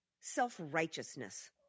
self-righteousness